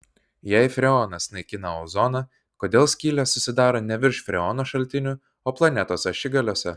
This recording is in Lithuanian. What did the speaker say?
jei freonas naikina ozoną kodėl skylės susidaro ne virš freono šaltinių o planetos ašigaliuose